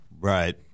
Right